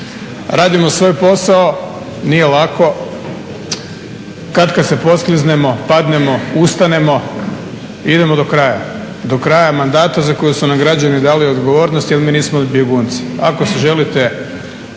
Radimo svoj posao, nije lako. Katkad se poskliznemo, padnemo, ustanemo, idemo do kraja, do kraja mandata za koji su nam građani dali odgovornost jer mi nismo bjegunci. Ako se želite